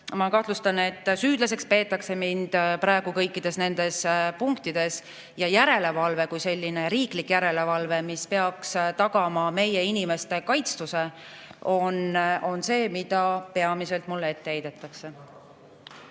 ma kahtlustan, et mind peetakse praegu süüdlaseks kõikides nendes punktides. Ja järelevalve kui selline, riiklik järelevalve, mis peaks tagama meie inimeste kaitstuse, on see, mida peamiselt mulle ette heidetakse.